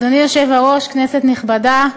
אדוני היושב-ראש, כנסת נכבדה,